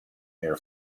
air